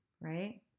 right